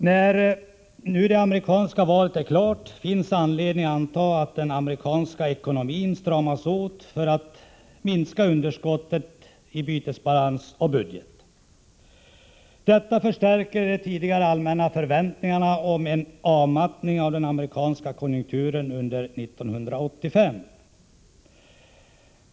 När nu det amerikanska valet är klart finns anledning anta att den amerikanska ekonomin kommer att stramas åt för att man skall kunna minska underskotten i bytesbalans och budget. Detta förstärker de tidigare allmänna bedömningarna, att man kan förvänta sig en avmattning av den amerikanska konjunkturen under 1985.